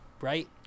right